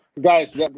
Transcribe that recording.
Guys